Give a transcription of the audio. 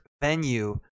venue